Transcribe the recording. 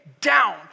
down